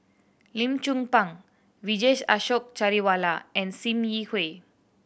Lim Chong Pang Vijesh Ashok Ghariwala and Sim Yi Hui